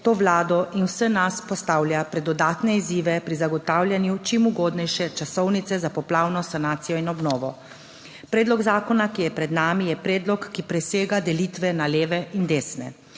to Vlado in vse nas postavlja pred dodatne izzive pri zagotavljanju čim ugodnejše časovnice za poplavno sanacijo in obnovo. Predlog zakona, ki je pred nami je predlog, ki presega delitve na leve in desne,